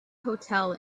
hotel